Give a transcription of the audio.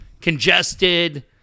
congested